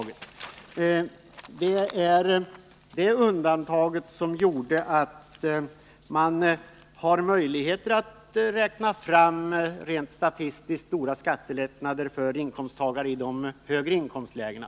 Genom det undantaget har man möjlighet att rent statistiskt räkna fram stora skattelättnader för inkomsttagare i de högre inkomstlägena.